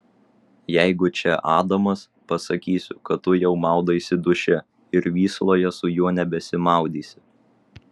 jeigu čia adamas pasakysiu kad tu jau maudaisi duše ir vysloje su juo nebesimaudysi